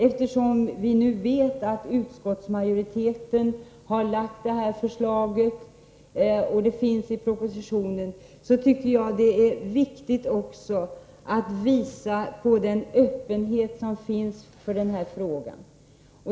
Eftersom vi nu vet att utskottsmajoriteten har lagt fram detta förslag och det finns i propositionen, tycker jag det är viktigt att visa på den öppenhet som också finns för den här frågan.